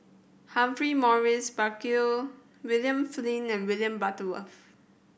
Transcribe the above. Humphrey Morrison Burkill William Flint and William Butterworth